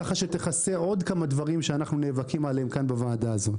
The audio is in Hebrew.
ככה שתכסה עוד כמה דברים שאנחנו נאבקים עליהם כאן בוועדה הזאת.